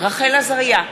רחל עזריה,